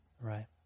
Right